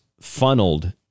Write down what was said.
funneled